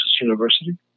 University